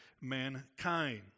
mankind